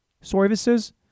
Services